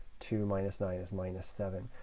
two minus nine is minus seven.